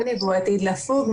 וב-16 הוא עתיד לפוג,